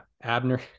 abner